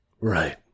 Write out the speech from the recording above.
Right